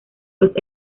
los